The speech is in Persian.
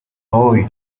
هوووی